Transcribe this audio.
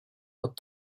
but